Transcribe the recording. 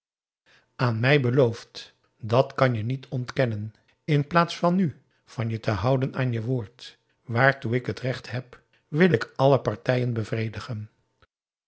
aan mij beloofd dat kan je niet ontkennen in plaats nu van je te houden aan je woord waartoe ik het recht heb wil ik alle partijen bevredigen